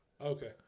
Okay